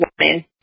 woman